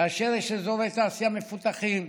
כאשר יש אזורי תעשייה מפותחים,